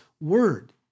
Word